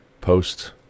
post